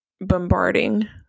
bombarding